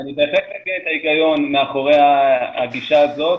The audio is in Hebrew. אני בהחלט מבין את ההיגיון מאחורי הגישה הזו,